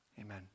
Amen